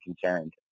concerned